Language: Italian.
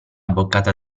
boccata